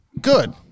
good